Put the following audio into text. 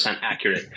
accurate